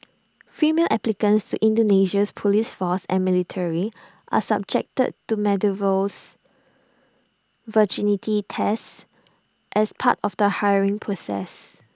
female applicants to Indonesia's Police force and military are subjected to medievals virginity tests as part of the hiring process